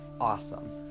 awesome